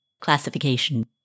classification